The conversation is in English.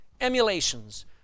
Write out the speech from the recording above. emulations